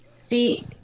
See